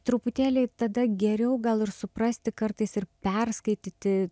truputėlį tada geriau gal ir suprasti kartais ir perskaityti